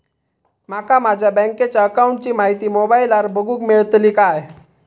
माका माझ्या बँकेच्या अकाऊंटची माहिती मोबाईलार बगुक मेळतली काय?